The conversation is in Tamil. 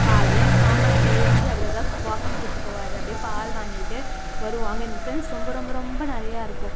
காலையில் எங்கள் மாமா என்ன ஏற்றி அப்படியே தான் வாக்கிங் கூட்டு போவார் அப்படியே பால் வாங்கிட்டு வருவோம் அங்கே எனக்கு ஃப்ரெண்ட்ஸ் ரொம்ப ரொம்ப ரொம்ப நிறையா இருக்கும்